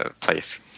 place